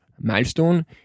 milestone